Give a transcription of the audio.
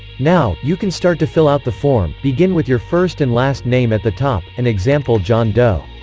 now, you can start to fill out the form begin with your first and last name at the top, an example john doe